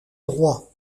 droit